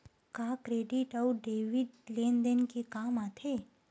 का क्रेडिट अउ डेबिट लेन देन के काम आथे?